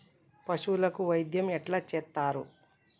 పశువులకు వైద్యం ఎట్లా చేత్తరు?